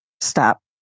stop